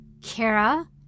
Kara